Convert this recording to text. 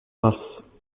grâces